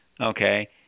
Okay